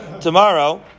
tomorrow